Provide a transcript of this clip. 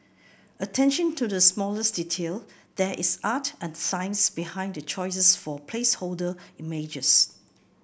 attention to the smallest detail There is art and science behind the choices for placeholder images